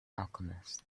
alchemist